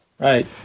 Right